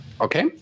Okay